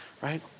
right